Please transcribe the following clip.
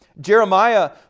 Jeremiah